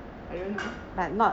I don't know